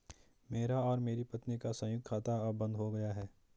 मेरा और मेरी पत्नी का संयुक्त खाता अब बंद हो गया है